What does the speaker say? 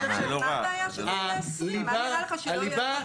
חוץ מלרצון, הרי מדובר פה על סמכות שבשיקול דעת.